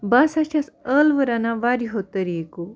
بہٕ ہسا چھیٚس ٲلوٕ رَنان واریاہو طریٖقو